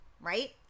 right